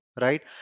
right